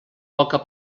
poca